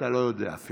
אתה לא יודע אפילו.